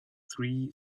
three